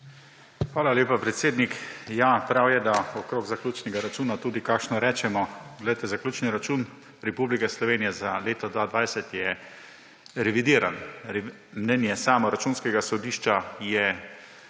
Hvala lepa, predsednik. Prav je, da okoli zaključnega računa tudi kakšno rečemo. Poglejte, zaključni račun Republike Slovenije za leto 2020 je revidiran. Mnenje Računskega sodišča je